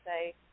say